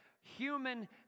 human